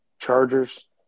Chargers